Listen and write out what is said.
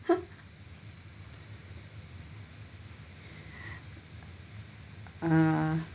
(uh huh)